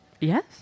Yes